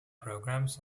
programs